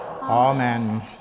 Amen